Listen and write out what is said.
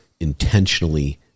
intentionally